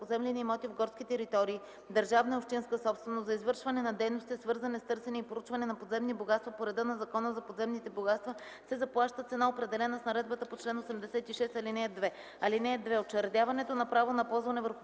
поземлени имоти в горски територии – държавна и общинска собственост, за извършване на дейности, свързани с търсене и проучване на подземни богатства по реда на Закона за подземните богатства, се заплаща цена, определена с наредбата по чл. 86, ал. 2. (2) Учредяването на право на ползване върху